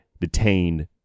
detained